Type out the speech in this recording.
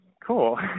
Cool